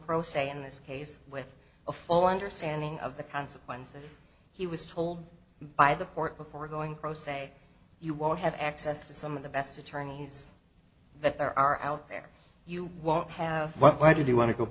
pro se in this case with a full understanding of the consequences he was told by the court before going pro se you won't have access to some of the best attorneys that there are out there you won't have what why did you want to go